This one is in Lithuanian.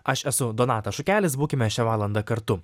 aš esu donatas šukelis būkime šią valandą kartu